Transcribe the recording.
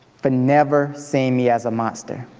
for never seeing me as a monster.